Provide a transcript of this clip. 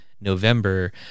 November